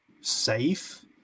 safe